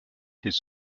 his